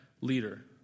leader